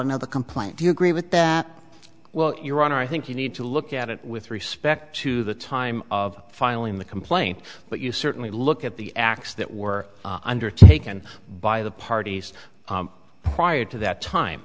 of the complaint do you agree with that well your honor i think you need to look at it with respect to the time of filing the complaint but you certainly look at the acts that were undertaken by the parties prior to that time